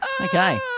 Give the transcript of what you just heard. Okay